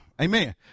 amen